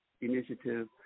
initiative